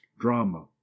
drama